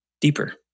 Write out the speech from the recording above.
deeper